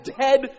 dead